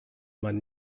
man